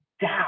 down